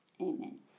amen